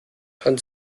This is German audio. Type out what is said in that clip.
kann